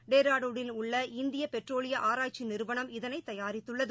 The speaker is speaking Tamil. டேராடுனில் உள்ள இந்திய பெட்ரோலிய ஆராய்ச்சி நிறுவனம் இதனை தயாரித்துள்ளது